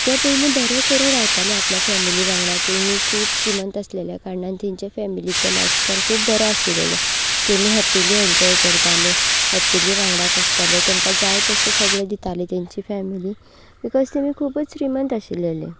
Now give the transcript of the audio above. ते पयलीं बरें करून रावताले आपल्या फेमिली वांगडा तेणी खूब श्रीमंत आशिल्ल्या कारणान तांच्या फेमिलीची लायफ स्टायल खूब बरी आशिल्ली तेमी हॅपिली एनजॉय करताले हॅपिली वागंडाच आसताले तांकां जाय तशें जाय तशें सगळें दिताले तांची फॅमिली बिकोज तेमी खुबूच श्रीमंत आशिल्ले